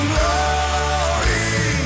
Glory